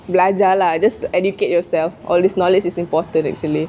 belajar lah just educate yourself all this knowledge is important actually